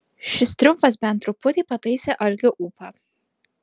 šis triumfas bent truputį pataisė algio ūpą